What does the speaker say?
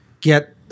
get